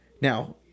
Now